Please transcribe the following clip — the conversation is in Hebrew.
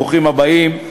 ברוכים הבאים.